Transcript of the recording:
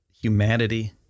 humanity